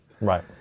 right